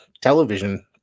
television